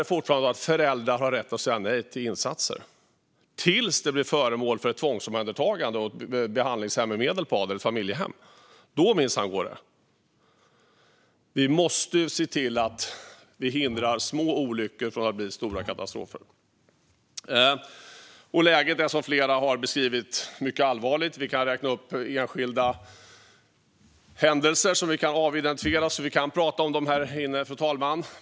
Men fortfarande har föräldrar rätt att säga nej till insatser tills barnet blir föremål för ett tvångsomhändertagande och behandlingshem i Medelpad eller ett familjehem. Då går det minsann. Vi måste se till att vi hindrar små olyckor från att bli stora katastrofer. Som flera har beskrivit är läget mycket allvarligt. Vi kan räkna upp enskilda händelser som vi kan avidentifiera så att vi kan prata om dem här inne.